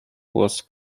was